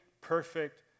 perfect